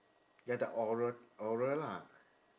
ya the oral oral lah